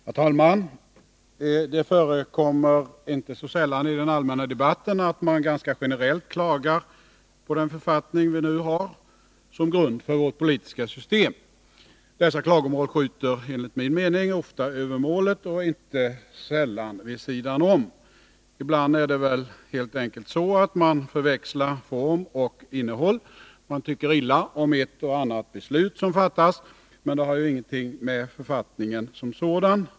Herr talman! Det förekommer inte sällan i den allmänna debatten att man ganska generellt klagar på den författning vi nu har som grund för vårt politiska system. Dessa klagomål skjuter enligt min mening ofta över målet och inte så sällan vid sidan om. Ibland är det väl helt enkelt så att man förväxlar form och innehåll. Man tycker illa om ett och annat beslut som fattas, men det har ju ingenting med författningen att göra.